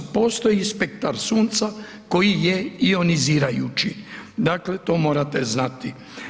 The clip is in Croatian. Postoji spektar sunca koji je ionizirajući dakle to morate znati.